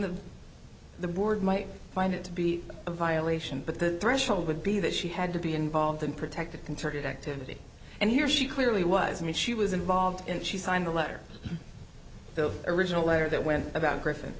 the the board might find it to be a violation but the threshold would be that she had to be involved in protected concerted activity and here she clearly was me she was involved in she signed the letter the original letter that went about griffin